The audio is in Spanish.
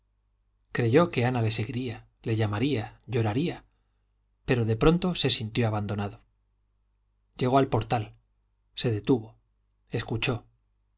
creyó que ana le seguiría le llamaría lloraría pero pronto se sintió abandonado llegó al portal se detuvo escuchó